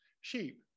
sheep